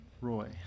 Roy